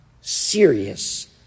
serious